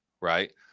right